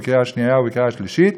בקריאה שנייה ובקריאה שלישית,